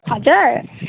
हजुर